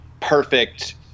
perfect